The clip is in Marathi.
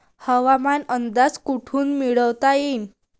हवामानाचा अंदाज कोठून मिळवता येईन?